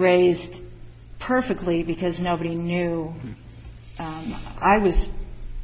raised perfectly because nobody knew i was